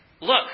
Look